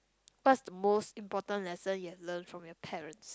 what's the most important lesson you have learned from your parents